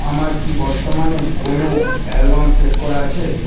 আমার কি বর্তমানে কোনও এলবাম সেট করা আছে